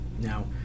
Now